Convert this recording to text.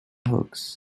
hooks